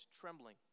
trembling